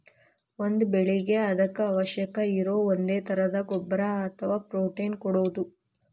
ಒಂದ ಬೆಳಿಗೆ ಅದಕ್ಕ ಅವಶ್ಯಕ ಇರು ಒಂದೇ ತರದ ಗೊಬ್ಬರಾ ಅಥವಾ ಪ್ರೋಟೇನ್ ಕೊಡುದು